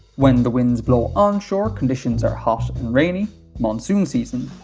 when the winds blow onshore, conditions are hot and rainy monsoon season,